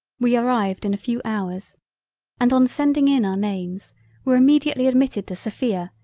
we arrived in a few hours and on sending in our names were immediately admitted to sophia,